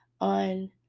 on